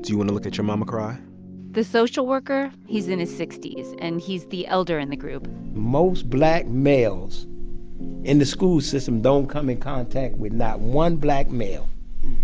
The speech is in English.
do you want to look at your mama cry the social worker, he's in his sixty s. and he's the elder in the group most black males in the school system don't come in contact with not one black male